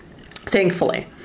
thankfully